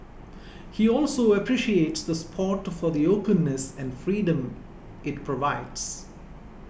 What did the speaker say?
he also appreciates the spot for the openness and freedom it provides